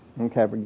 Okay